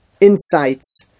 insights